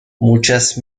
muchas